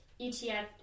ETF